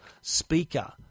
speaker